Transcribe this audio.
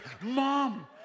mom